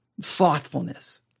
slothfulness